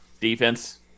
Defense